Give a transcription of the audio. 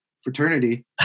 fraternity